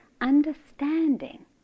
understanding